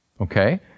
okay